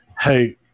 hey